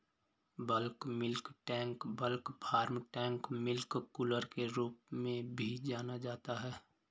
bulk milk tank bulk farm tank milk cooler के रूप में भी जाना जाता है,